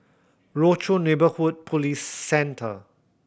Rochor Neighborhood Police Centre